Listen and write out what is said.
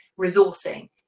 Resourcing